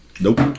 nope